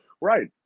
Right